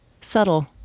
Subtle